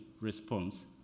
response